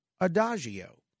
Adagio